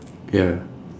ya